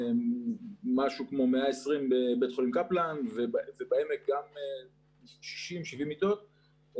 משהו כמו 120 בבית חולים קפלן ובעמק גם 60-70 מיטות.